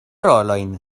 rolojn